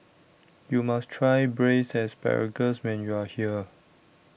YOU must Try Braised Asparagus when YOU Are here